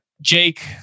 Jake